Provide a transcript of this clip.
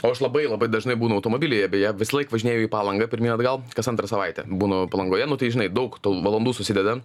o aš labai labai dažnai būnu automobilyje beje visąlaik važinėju į palangą pirmyn atgal kas antrą savaitę būnu palangoje nu tai žinai daug valandų susideda